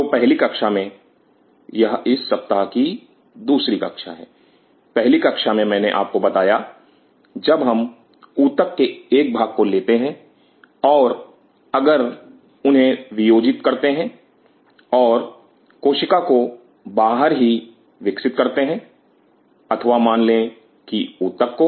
तो पहली कक्षा में यह इस सप्ताह की अपनी दूसरी कक्षा है पहली कक्षा मैंने आपको बताया जब हम ऊतक के एक भाग को लेते हैं और अगर उन्हें वियोजित करते हैं और कोशिकाओं को बाहर ही विकसित करते हैं अथवा मान ले कि ऊतक को